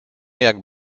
jak